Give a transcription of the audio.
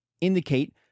indicate